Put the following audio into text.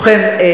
ובכן,